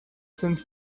since